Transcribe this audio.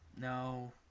No